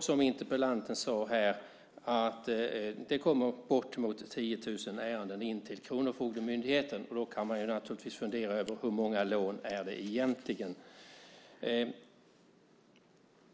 Som interpellanten här sade kommer bortemot 10 000 ärenden till Kronofogdemyndigheten. Då kan man naturligtvis fundera över hur många lån det egentligen handlar om.